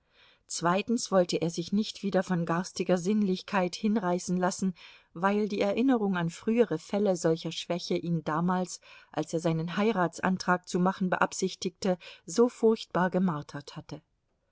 zweitens wollte er sich nicht wieder von garstiger sinnlichkeit hinreißen lassen weil die erinnerung an frühere fälle solcher schwäche ihn damals als er seinen heiratsantrag zu machen beabsichtigte so furchtbar gemartert hatte